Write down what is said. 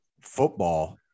football